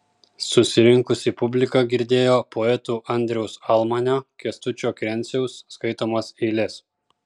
susirinkusi publika girdėjo poetų andriaus almanio kęstučio krenciaus skaitomas eiles